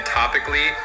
topically